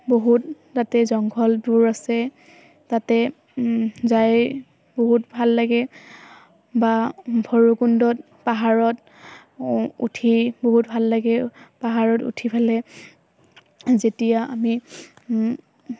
বহুত তাতে জংঘলবোৰ আছে তাতে যাই বহুত ভাল লাগে বা ভৈৰৱকুণ্ডত পাহাৰত উঠি বহুত ভাল লাগে পাহাৰত উঠি পেলে যেতিয়া আমি